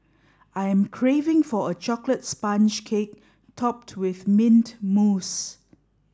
I am craving for a chocolate sponge cake topped with mint mousse